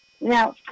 now